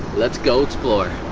let's go explore